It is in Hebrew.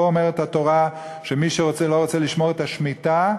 פה אומרת התורה שמי שלא רוצה לשמור את השמיטה,